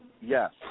Yes